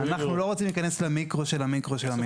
אנחנו לא רוצים להיכנס למיקרו של המיקרו של המיקרו.